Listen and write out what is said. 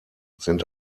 sind